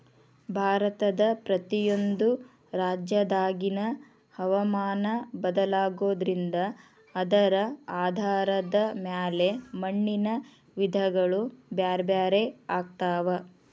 ಭಾರತದ ಪ್ರತಿಯೊಂದು ರಾಜ್ಯದಾಗಿನ ಹವಾಮಾನ ಬದಲಾಗೋದ್ರಿಂದ ಅದರ ಆಧಾರದ ಮ್ಯಾಲೆ ಮಣ್ಣಿನ ವಿಧಗಳು ಬ್ಯಾರ್ಬ್ಯಾರೇ ಆಗ್ತಾವ